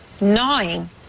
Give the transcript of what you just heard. gnawing